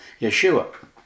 Yeshua